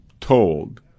told